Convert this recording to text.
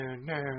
no